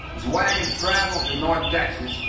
as wagons travel through north texas,